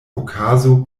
okazo